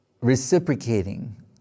reciprocating